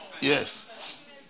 Yes